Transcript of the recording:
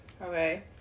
Okay